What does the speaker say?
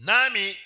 Nami